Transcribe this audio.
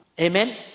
Amen